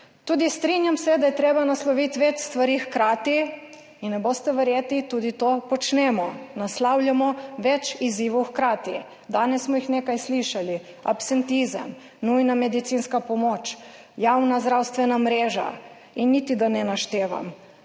Strinjam se tudi, da je treba nasloviti več stvari hkrati, in ne boste verjeli, tudi to počnemo, naslavljamo več izzivov hkrati. Danes smo jih nekaj slišali: absentizem, nujna medicinska pomoč, javna zdravstvena mreža in da niti ne naštevam.